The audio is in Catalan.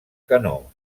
canó